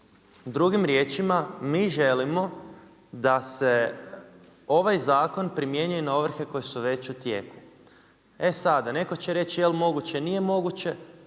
Drugim riječima, mi želimo da se ovaj zakon primjenjuje na ovrhe koje su već u tijeku, E sada, netko će reći je li moguće, nije moguće.